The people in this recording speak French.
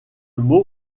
mot